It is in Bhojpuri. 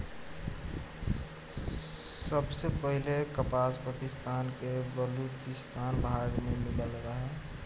सबसे पहिले कपास पाकिस्तान के बलूचिस्तान भाग में मिलल रहे